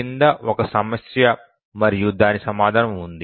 క్రింద ఒక సమస్య మరియు దాని సమాధానం ఉంది